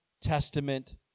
Testament